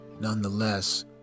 nonetheless